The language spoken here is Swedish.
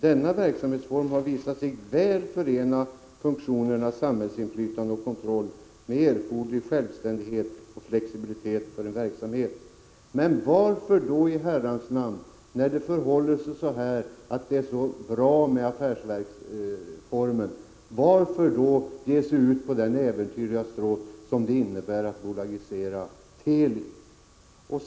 Denna verksamhetsform har visat sig väl förena funktionerna samhällsinflytande och kontroll med erforderlig självständighet och flexibilitet för en verksamhet.” Men varför i Herrans namn, när affärsverksformen är så bra, skall man ge sig ut på den äventyrliga stråt som det innebär att överföra Teli till bolagsform?